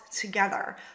together